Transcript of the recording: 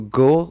go